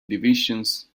divisions